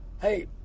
Hey